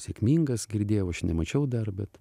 sėkmingas girdėjau aš nemačiau dar bet